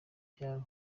vyaba